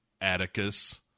Atticus